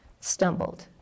stumbled